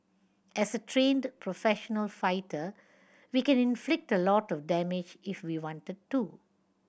as a trained professional fighter we can inflict a lot of damage if we wanted to